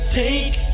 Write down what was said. take